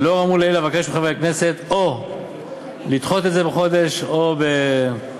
לאור האמור אבקש מחברי הכנסת או לדחות את זה בחודש או למצער,